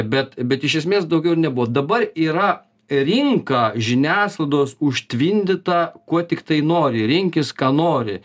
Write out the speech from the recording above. bet bet iš esmės daugiau ir nebuvo dabar yra rinka žiniasklaidos užtvindyta kuo tiktai nori rinkis ką nori